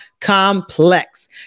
complex